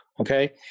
Okay